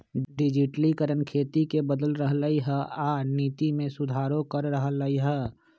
डिजटिलिकरण खेती के बदल रहलई ह आ नीति में सुधारो करा रह लई ह